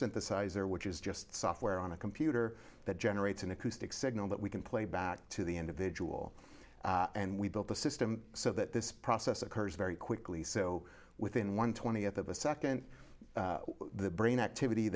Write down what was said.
synthesizer which is just software on a computer that generates an acoustic signal that we can play back to the individual and we build the system so that this process occurs very quickly so within one twentieth of a second the brain activity